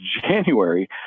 January